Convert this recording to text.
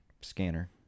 scanner